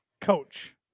coach